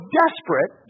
desperate